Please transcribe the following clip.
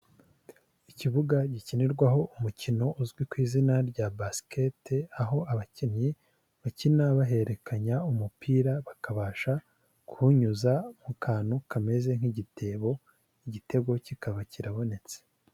Ikibuga gikinirwaho umukino uzwi ku izina rya basikete, aho abakinnyi bakina bahererekanya umupira, bakabasha kuwunyuza mu kantu kameze nk'igitebo, igitego kikaba kirabonetse.